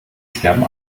sterben